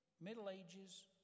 middle-ages